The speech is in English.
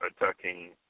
attacking